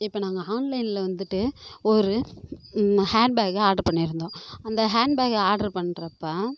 இப்போ நாங்கள் ஆன்லைனில் வந்துட்டு ஒரு ஹேண்ட் பேக் ஆடர் பண்ணியிருந்தோம் அந்த ஹேண்ட் பேக் ஆடர் பண்ணுறப்ப